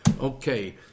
Okay